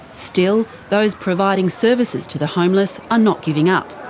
still, those providing services to the homeless are not giving up.